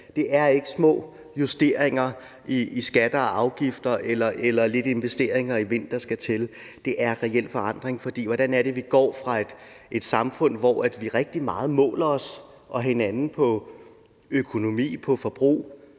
Det er ikke små justeringer i skatter og afgifter eller lidt investeringer i vind, der skal til; det er reel forandring. Hvordan går vi fra et samfund, hvor vi måler os selv og hinanden rigtig meget på økonomi og på forbrug,